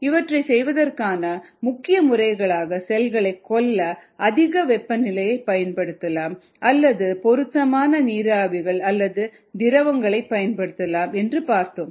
இவற்றை கொல்வதற்கான முக்கிய முறைகளாக செல்களை கொல்ல அதிக வெப்பநிலையை பயன்படுத்தப்படலாம் அல்லது பொருத்தமான நீராவிகள் அல்லது திரவங்களைப் பயன்படுத்தலாம் என்று பார்த்தோம்